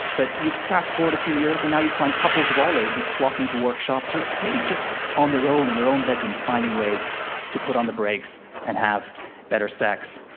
but you fast-forward a few years, and now you find couples of all ages flocking to workshops, or maybe just on their own in their own bedrooms, finding ways to put on the brakes and have better sex.